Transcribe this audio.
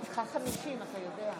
אם כן, חברות